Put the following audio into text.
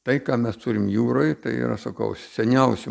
tai ką mes turim jūroj tai yra sakau seniausi